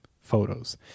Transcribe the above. photos